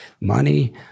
money